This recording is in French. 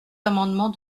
amendement